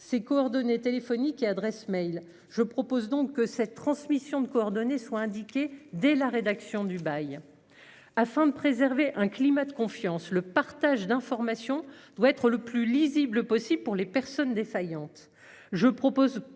ses coordonnées téléphoniques et adresses mails je propose donc que cette transmission de coordonner soit indiqué dès la rédaction du bail. Afin de préserver un climat de confiance, le partage d'informations doit être le plus lisible possible pour les personnes défaillante. Je propose